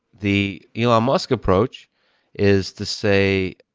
the elon musk approach is to say,